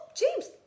James